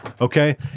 Okay